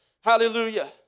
Hallelujah